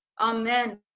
Amen